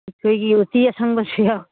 ꯑꯩꯈꯣꯏꯒꯤ ꯎꯇꯤ ꯑꯁꯪꯕꯁꯨ ꯌꯥꯎꯋꯤ